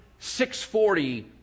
640